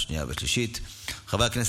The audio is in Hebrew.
חוק ומשפט